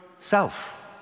self